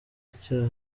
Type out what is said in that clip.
icyaha